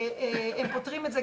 הם פותרים את זה.